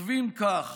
כותבים כך: